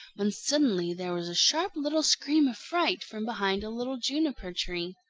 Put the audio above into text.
when suddenly there was a sharp little scream of fright from behind a little juniper-tree.